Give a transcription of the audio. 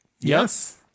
Yes